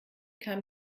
kam